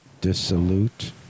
dissolute